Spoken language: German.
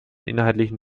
inhaltlichen